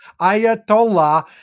Ayatollah